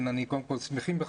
אנחנו שמחים בכך,